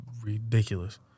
ridiculous